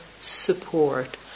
support